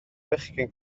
bechgyn